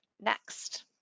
next